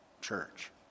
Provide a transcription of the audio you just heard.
church